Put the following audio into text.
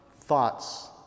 thoughts